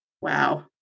Wow